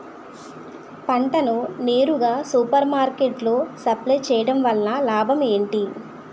పంట ని నేరుగా సూపర్ మార్కెట్ లో సప్లై చేయటం వలన లాభం ఏంటి?